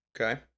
Okay